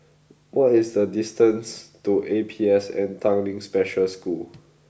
what is the distance to A P S N Tanglin Special School